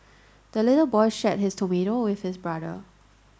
the little boy shared his tomato with his brother